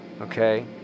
okay